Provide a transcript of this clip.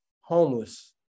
homeless